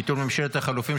ביטול ממשלת חילופים),